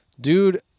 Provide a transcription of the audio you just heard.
dude